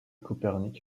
copernic